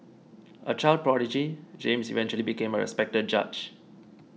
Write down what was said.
a child prodigy James eventually became a respected judge